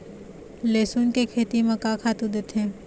लेसुन के खेती म का खातू देथे?